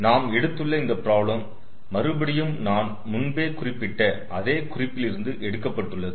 நாம் எடுத்துள்ள இந்த பிராப்ளம் மறுபடியும் நான் முன்பே குறிப்பிட்ட அதே குறிப்பில் இருந்து எடுக்கப்பட்டுள்ளது